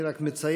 אני רק מציין: